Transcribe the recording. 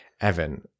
Evan